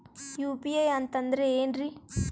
UPI ಅಂತಂದ್ರೆ ಏನ್ರೀ?